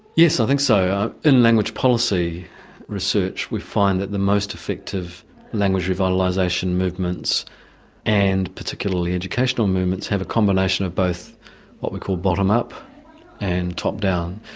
yes, i think so. in language policy research we find that the most effective language revitalisation movements and particularly educational movements have a combination of both what we call bottom-up and top-down.